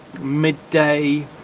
midday